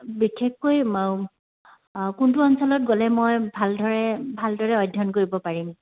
বিশেষকৈ কোনটো অঞ্চলত গ'লে মই ভালদৰে ভালদৰে অধ্যয়ন কৰিব পাৰিম